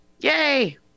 yay